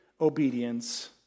obedience